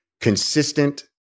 consistent